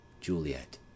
juliet